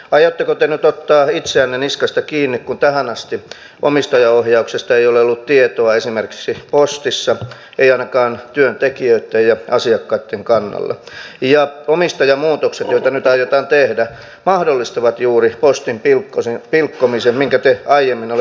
aiotteko te nyt ottaa itseänne niskasta kiinni kun tähän asti omistajaohjauksesta ei ole ollut tietoa esimerkiksi postissa ei ainakaan työntekijöitten ja asiakkaitten kannalta ja kun omistajamuutokset joita nyt aiotaan tehdä mahdollistavat juuri postin pilkkomisen minkä te aiemmin olette jyrkästi kieltäneet